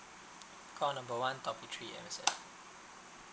call number one topic three MS_S_F